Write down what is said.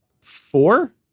four